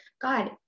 God